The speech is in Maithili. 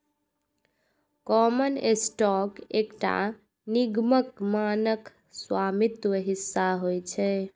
कॉमन स्टॉक एकटा निगमक मानक स्वामित्व हिस्सा होइ छै